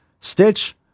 Stitch